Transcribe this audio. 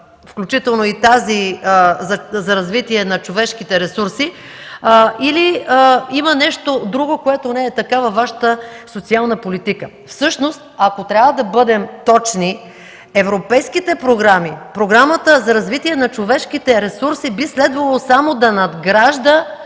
включително и тази за „Развитие на човешките ресурси”, или има нещо друго, което не е така във Вашата социална политика. Ако трябва да бъдем точни, европейските програми, Програмата за развитие на човешките ресурси би следвало само да надгражда